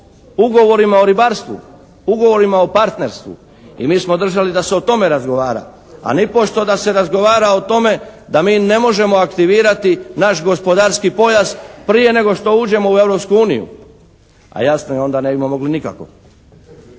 ugovorima o ribarstvu, ugovorima o partnerstvu. I mi smo držali da se o tome razgovara. A nipošto da se razgovara o tome da mi ne možemo aktivirati naš gospodarski pojas prije nego što uđemo u Europsku uniju. A jasno je onda ne bi mogli nikako.